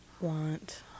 want